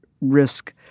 risk